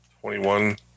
twenty-one